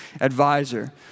advisor